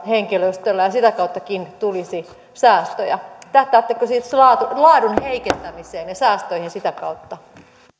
henkilöstölle ja sitäkin kautta tulisi säästöjä tähtäättekö siis laadun heikentämiseen ja säästöihin sitä kautta